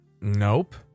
Nope